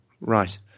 Right